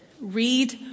read